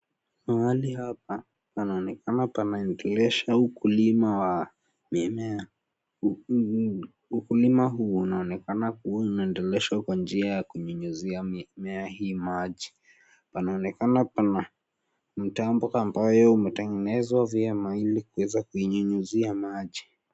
Mahali hapa panaonekana panaendelesha ukulima wa mimea. Ukulima huu unaonekana kuwa unaendeleshwa kwa njia ya kunyunyuzia mimea hii maji. Panaonekana pana mtambo ambao umeengenezwa vyema ili kuweza kuinyunyizia maji.